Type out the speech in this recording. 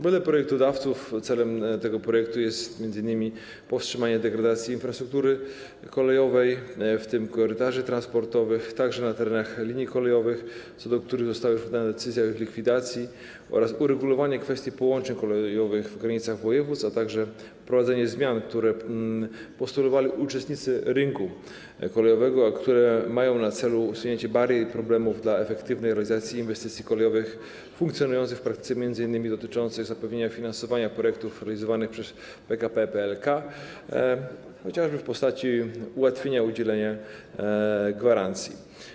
Wedle projektodawców celem projektu jest m.in powstrzymanie degradacji infrastruktury kolejowej, w tym korytarzy transportowych, również na terenach linii kolejowych, co do których zostały wydane decyzje o ich likwidacji, oraz uregulowanie kwestii połączeń kolejowych w granicach województw, a także wprowadzenie zmian, które postulowali uczestnicy rynku kolejowego, które mają na celu usunięcie barier i problemów dotyczących efektywnej realizacji inwestycji kolejowych funkcjonujących w praktyce, m.in. dotyczących zapewnienia finansowania projektów realizowanych przez PKP PLK chociażby w postaci ułatwienia udzielania gwarancji.